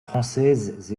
françaises